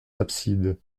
absides